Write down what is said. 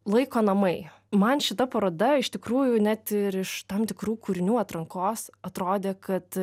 laiko namai man šita paroda iš tikrųjų net ir iš tam tikrų kūrinių atrankos atrodė kad